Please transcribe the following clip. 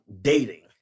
dating